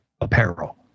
apparel